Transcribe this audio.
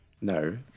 No